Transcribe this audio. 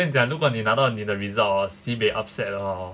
我跟你讲如果你拿到你的 results hor sibeh upset hor